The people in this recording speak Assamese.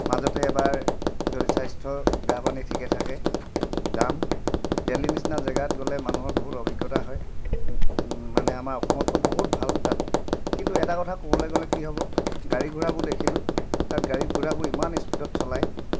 মাজতে এবাৰ যদি স্বাস্থ্য গা পানী ঠিকে থাকে যাম দিল্লী নিচিনা জেগাত গ'লে মানুহৰ বহুত অভিজ্ঞতা হ'য় মানে আমাৰ অসমতকৈ বহুত ভাল তাত কিন্তু এটা কথা ক'বলৈ গ'লে কি হ'ব গাড়ী ঘোঁৰাবোৰ দেখিলো তাত গাড়ী ঘোঁৰাবোৰ ইমান স্পিডত চলায়